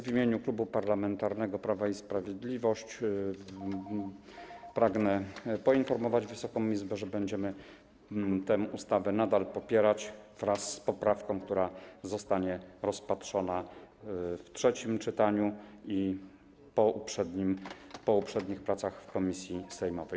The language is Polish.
W imieniu Klubu Parlamentarnego Prawo i Sprawiedliwość pragnę poinformować Wysoką Izbę, że będziemy tę ustawę popierać wraz z poprawką, która zostanie rozpatrzona w trzecim czytaniu i po uprzednich pracach w komisji sejmowej.